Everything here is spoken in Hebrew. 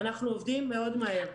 אנחנו עובדים מאוד מהר.